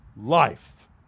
life